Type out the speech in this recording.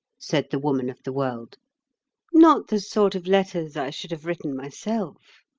said the woman of the world not the sort of letters i should have written myself.